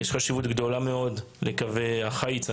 יש חשיבות רבה מאוד לקווי החיץ,